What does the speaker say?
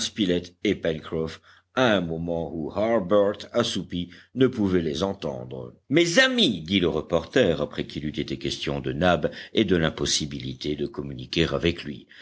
à un moment où harbert assoupi ne pouvait les entendre mes amis dit le reporter après qu'il eut été question de nab et de l'impossibilité de communiquer avec lui